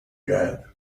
got